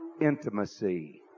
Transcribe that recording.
intimacy